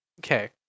Okay